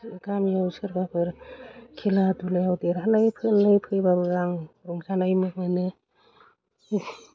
गामियाव सोरबाफोर खेला दुलायाव देरहानानै फैबाबो आं रंजानाय मोनो